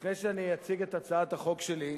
לפני שאני אציג את הצעת החוק שלי,